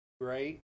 great